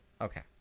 Okay